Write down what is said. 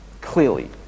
clearly